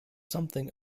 something